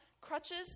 crutches